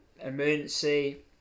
emergency